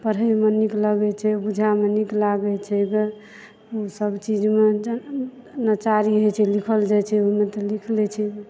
पढ़यमे नीक लगै छै बुझयमे नीक लागै छै सब चीज मे नचारी होइ छै लिखल जाइ छै ओहिमे तऽ लिख लै छै